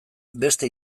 beste